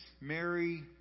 Mary